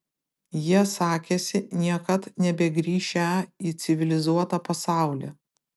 jie sakėsi niekad nebegrįšią į civilizuotą pasaulį